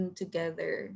together